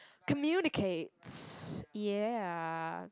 communicate ya